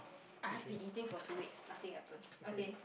I have been eating for two weeks nothing happen okay